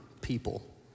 people